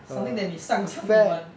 something that you 擅长 in [one]